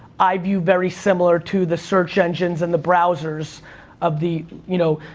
i view very similar to the search engines and the browsers of the, you know,